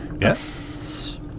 Yes